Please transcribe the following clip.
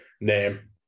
name